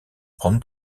prendre